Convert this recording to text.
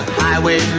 highway